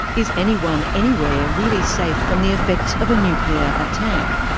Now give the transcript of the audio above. is anyone anywhere really safe from the effects of a nuclear attack?